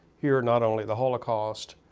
here, not only the holocaust,